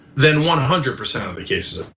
then one hundred percent of the cases. ah